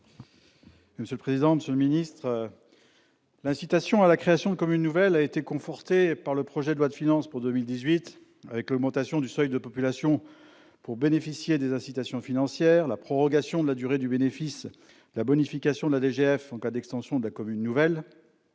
: La parole est à M. Patrick Chaize. L'incitation à la création de communes nouvelles a été confortée par le projet de loi de finances pour 2018, avec l'augmentation du seuil de population pour bénéficier des incitations financières, la prorogation de la durée du bénéfice, la bonification de la DGF en cas d'extension de la commune nouvelle,